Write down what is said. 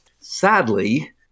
sadly